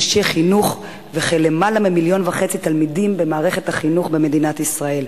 אנשי חינוך ולמעלה ממיליון וחצי תלמידים במערכת החינוך במדינת ישראל.